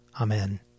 Amen